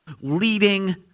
leading